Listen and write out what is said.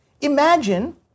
Imagine